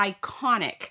iconic